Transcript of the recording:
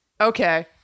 Okay